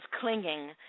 clinging